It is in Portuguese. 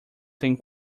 têm